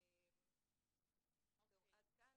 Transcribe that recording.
עד כאן,